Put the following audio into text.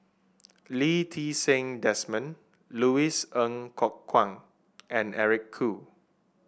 Lee Ti Seng Desmond Louis Ng Kok Kwang and Eric Khoo